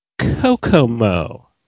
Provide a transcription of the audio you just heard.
Kokomo